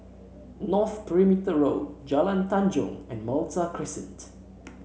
North Perimeter Road Jalan Tanjong and Malta Crescent